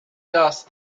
dust